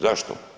Zašto?